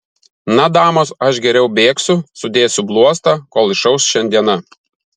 na damos aš geriau bėgsiu sudėsiu bluostą kol išauš šiandiena